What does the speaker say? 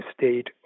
state